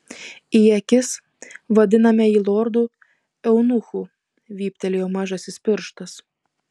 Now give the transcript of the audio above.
į akis vadiname jį lordu eunuchu vyptelėjo mažasis pirštas